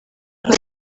nka